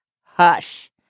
hush